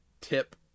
tip